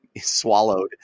swallowed